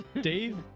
dave